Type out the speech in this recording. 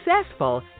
successful